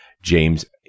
James